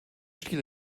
stil